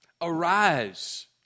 Arise